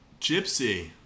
Gypsy